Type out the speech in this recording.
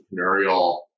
entrepreneurial